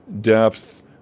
depth